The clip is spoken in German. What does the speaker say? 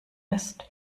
ist